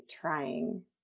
trying